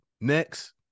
Next